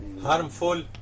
harmful